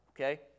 Okay